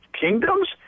kingdoms